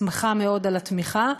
שמחה מאוד על התמיכה,